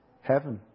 heaven